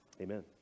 Amen